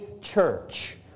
church